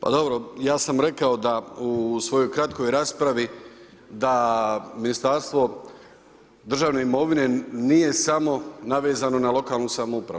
Pa dobro, ja sam rekao da u svojoj kratkoj raspravi da Ministarstvo državne imovine nije samo navezano na lokalnu samoupravu.